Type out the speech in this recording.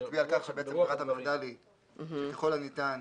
נצביע על כך שברירת המחדל היא שככל הניתן